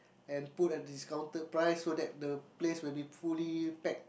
and put at discounted price so that the place will be fully packed